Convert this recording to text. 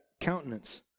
countenance